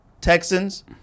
Texans